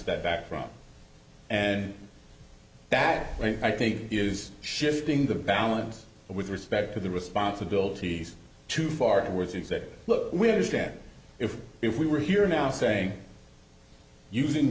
step back from and that i think is shifting the balance with respect to the responsibilities too far at words to say look we understand if if we were here now saying using